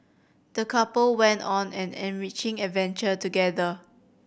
the couple went on an enriching adventure together